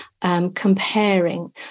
comparing